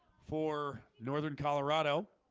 for northern, colorado